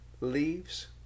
Leaves